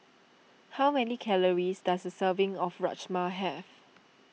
how many calories does a serving of Rajma have